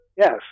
Yes